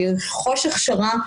לרכוש הכשרה,